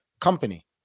company